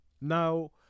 Now